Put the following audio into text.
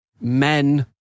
men